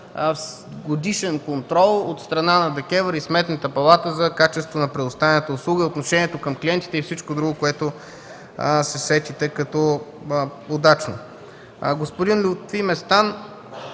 годишен контрол от страна на ДКЕВР и Сметната палата за качеството на предоставената услуга, отношението към клиентите и всичко друго, което се сетите като удачно. Господин Лютви Местан